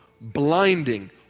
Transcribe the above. blinding